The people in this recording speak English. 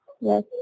Yes